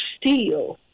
steel